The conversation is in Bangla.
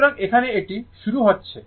সুতরাং এখানে এটি শুরু হচ্ছে